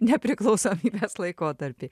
nepriklausomybės laikotarpį